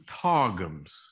targums